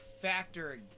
factor